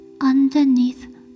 underneath